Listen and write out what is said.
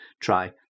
try